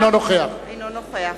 אינו נוכח